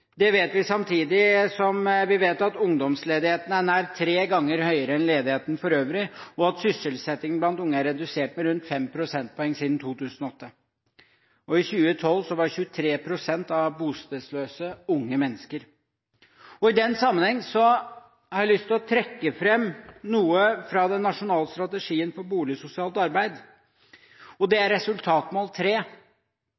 Det vet vi, samtidig som vi vet at ungdomsledigheten er nær tre ganger høyere enn ledigheten for øvrig, og at sysselsettingen blant unge er redusert med rundt 5 prosentpoeng siden 2008. I 2012 var 23 pst. av de bostedsløse unge mennesker. I den sammenheng har jeg lyst til å trekke fram noe fra den nasjonale strategien for boligsosialt arbeid. Det er resultatmål 3, at bostedsløshet blant barnefamilier og